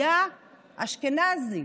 היה אשכנזי.